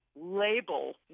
label